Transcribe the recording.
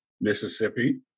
Mississippi